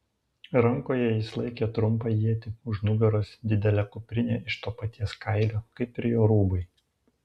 rankoje jis laikė trumpą ietį už nugaros didelė kuprinė iš to paties kailio kaip ir jo rūbai